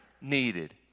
needed